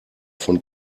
von